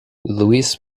louis